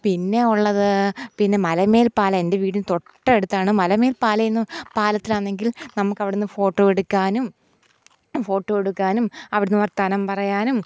പിന്നെ ഉള്ളത് പിന്നെ മലമേൽ പാലം എൻ്റെ വീടിനു തൊട്ടടുത്താണ് മലമേൽ പാലെയെന്ന് പാലത്തിലാണെങ്കിൽ നമുക്കവിടെ നിന്നു ഫോട്ടോ എടുക്കാനും ഫോട്ടോ എടുക്കാനും അവിടെ നിന്നു വർത്താനം പറയാനും